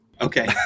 Okay